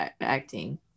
acting